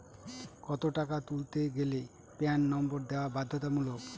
কত টাকা তুলতে গেলে প্যান নম্বর দেওয়া বাধ্যতামূলক?